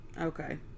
okay